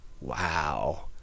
wow